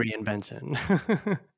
reinvention